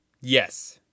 Yes